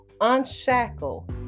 unshackle